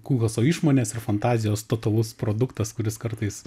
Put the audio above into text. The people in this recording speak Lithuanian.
kulchoso išmonės ir fantazijos totalus produktas kuris kartais